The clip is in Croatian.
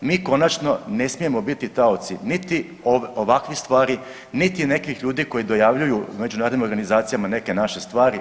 Mi konačno ne smijemo biti taoci niti ovakvih stvari, niti nekih ljudi koji dojavljuju međunarodnim organizacijama neke naše stvari.